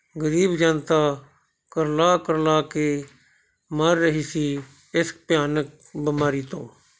ਗਰੀਬ ਜਨਤਾ ਕੁਰਲਾ ਕੁਰਲਾ ਕੇ ਮਰ ਰਹੀ ਸੀ ਇਸ ਭਿਆਨਕ ਬਿਮਾਰੀ ਤੋਂ